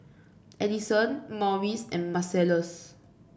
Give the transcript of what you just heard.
Addyson Marius and Marcellus